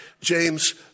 James